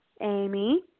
Amy